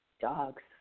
Dogs